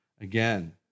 again